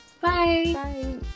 Bye